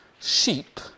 sheep